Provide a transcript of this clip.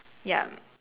yup